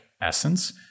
essence